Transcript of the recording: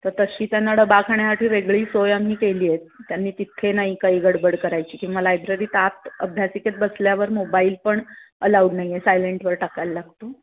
तर तशी त्यांना डबा खाण्यासाठी वेगळी सोय आम्ही केली आहे त्यांनी तिथे नाही काही गडबड करायची किंवा लायब्ररीत आत अभ्यासिकेत बसल्यावर मोबाईल पण अलाऊड नाही आहे सायलेंटवर टाकायला लागतो